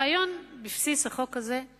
הרעיון בבסיס החוק הזה הוא